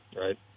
Right